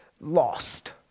lost